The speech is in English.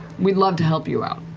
we'd love to help you out.